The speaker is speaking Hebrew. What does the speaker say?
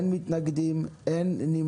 הצבעה אושר אין מתנגדים, אין נמנעים.